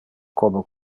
como